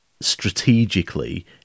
strategically